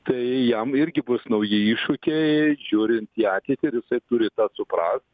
tai jam irgi bus nauji iššūkiai žiūrint į ateitį ir jisai turi tą suprast